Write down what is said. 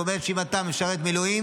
זאת אומרת שאם אתה משרת מילואים,